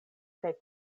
kaj